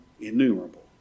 innumerable